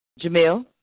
Jamil